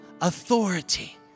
authority